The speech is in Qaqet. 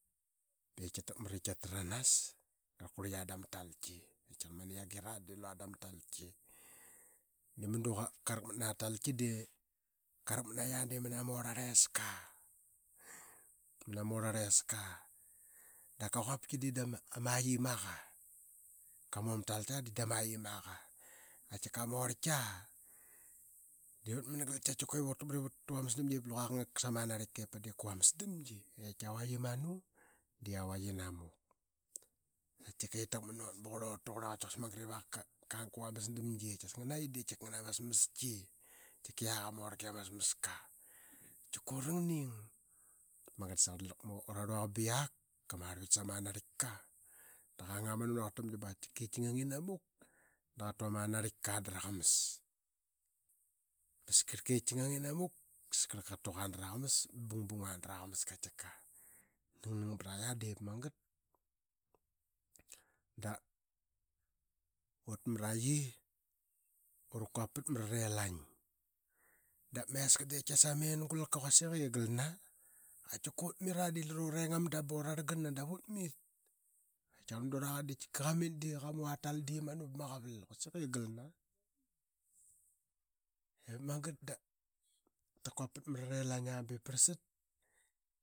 Ba ip kia takmat ip kia tranas dap kurli qada matalki i qa kia qar; mani yia git aa da ma talki. Da madu qa rakmat na atalki diilua mana ma orl arliska. Dap ka quapki dii da ma aqiamaqa. Qu mu ama talkia dii da ma aqimaqa. Qatika ma orlkia dii ura takmat ip qiak ka ngang i manu sa ma angarlitka ip pa dii ka vamas damgi diip kia vaki manu da qia vak ina muk. Qatika qi takmat nut ba gurl ut ta qarla i quasik magat ip aqakang ip ka vuamas alamgi. Qatias na naqi di ama smaski i tika qiak ama orlka i ama smaska ba meka urining. Diip magat da sia lak ura qiak ama rluaqa ba qiak. Qa marlvit sa ma anarlitka da qang ama nu na quarl tamgi ba ip ki ngang inamuk da qa taqa mu ama anarlitka dara qamas. As karlka ip kia ngang ina muk da askarka qa tuqa da ra qamas ba bungbung aa da raqamas ba nangnang braia. Diip magat da ut mra qi da ura qua pat ma raritang dap ma eska dii qatkias ama enugulka quasik i galna. Qatika ut mira dii lira ureng ama dam ba nga rarang ana davut unit. Qatkia qarl uraqa dii madu qa mu aa tlal dii imanu vama qaval quasik i galna. Ip magat da ra quapat ma ra rilang aa ba ip parlsat.